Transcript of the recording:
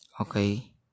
okay